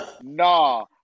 nah